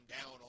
down